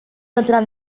otra